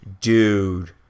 dude